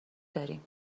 داریم